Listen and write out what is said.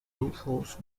rufous